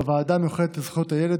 בוועדה המיוחדת לזכויות הילד,